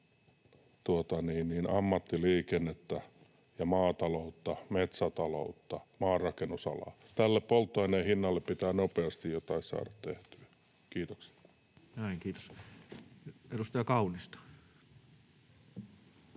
ammattiliikennettä ja maataloutta, metsätaloutta, maanrakennusalaa. Tälle polttoaineen hinnalle pitää nopeasti jotain saada tehtyä. — Kiitoksia. [Speech 132] Speaker: Toinen